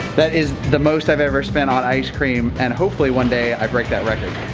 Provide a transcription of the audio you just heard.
that is the most i've ever spent on ice-cream and hopefully one day i break that record.